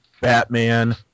Batman